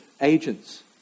agents